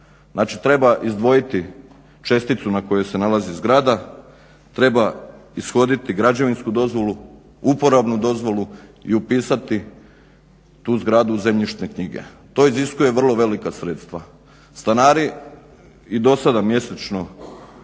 treba izdvojiti česticu na kojoj se nalazi zgrada, treba ishoditi građevinsku dozvolu, uporabnu dozvolu i upisati tu zgradu u zemljišne knjige. To iziskuje vrlo velika sredstva. Stanari i dosada mjesečno